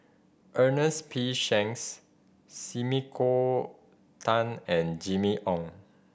Ernest P Shanks Sumiko Tan and Jimmy Ong